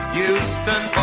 Houston